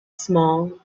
small